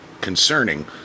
concerning